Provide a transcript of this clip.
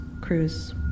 cruise